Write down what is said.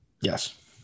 Yes